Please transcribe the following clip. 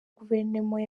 guverinoma